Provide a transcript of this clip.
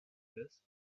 this